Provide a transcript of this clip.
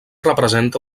representa